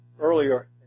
earlier